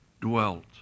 dwelt